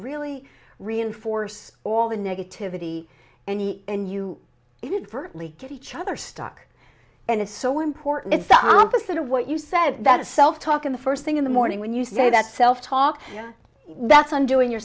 really reinforce all the negativity and and you did virtually get each other stuck and it's so important it's the opposite of what you said that self talk in the first thing in the morning when you say that self talk that's undoing